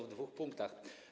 W dwóch punktach.